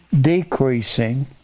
decreasing